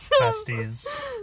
Besties